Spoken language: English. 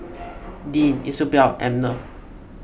Deanne Isobel Abner